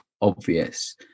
obvious